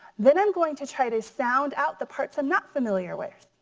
then i'm going to try to sound out the parts i'm not familiar with,